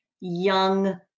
young